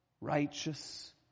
righteous